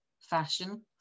fashion